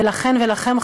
ולכן ולכם,